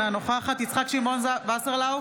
אינה נוכחת יצחק שמעון וסרלאוף,